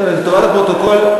לטובת הפרוטוקול,